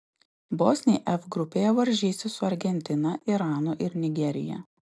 bosniai f grupėje varžysis su argentina iranu ir nigerija